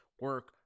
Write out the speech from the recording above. Work